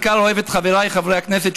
ובעיקר אוהב את חבריי חברי הכנסת,